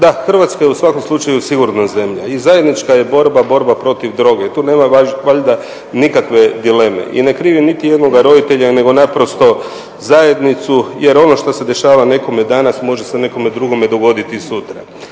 Da, Hrvatska je u svakom slučaju sigurna zemlja i zajednička je borba, borba protiv droge i tu nema valjda nikakve dileme i ne krivim niti jednoga roditelja nego naprosto zajednicu jer ono što se dešava nekome danas, može se nekome drugome dogoditi sutra.